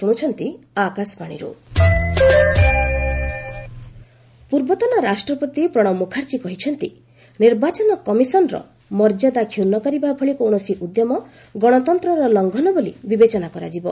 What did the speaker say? Pranab EC ପୂର୍ବତନ ରାଷ୍ଟ୍ରପତି ପ୍ରଣବ ମୁଖାର୍ଚ୍ଚୀ କହିଛନ୍ତି ନିର୍ବାଚନ କମିଶନର ମର୍ଯ୍ୟାଦା କ୍ଷର୍ଣ୍ଣ କରିବା ଭଳି କୌଣସି ଉଦ୍ୟମ ଗଣତନ୍ତ୍ରର ଲଂଘନ ବୋଲି ବିବେଚନା କରାଯିବ